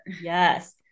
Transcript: Yes